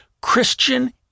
Christian